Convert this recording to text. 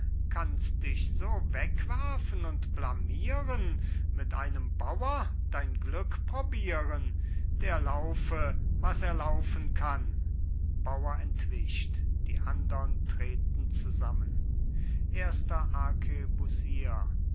kannst dich so wegwerfen und blamieren mit einem bauer dein glück probieren der laufe was er laufen kann bauer entwischt die andern treten zusammen erster